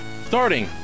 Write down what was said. starting